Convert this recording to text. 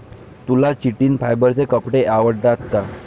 तुला चिटिन फायबरचे कपडे आवडतात का?